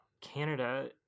Canada